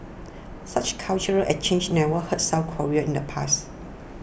such cultural exchanges never hurt South Korea in the past